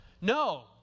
no